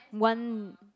one